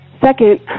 Second